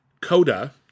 Coda